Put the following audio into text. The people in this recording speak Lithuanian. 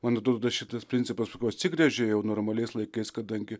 man atrodo dar šitas principas sakau atsigręžė jau normaliais laikais kadangi